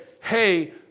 hey